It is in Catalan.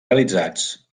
realitzats